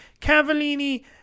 Cavallini